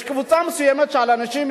יש קבוצה מסוימת של אנשים,